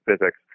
physics